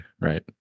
right